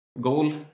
goal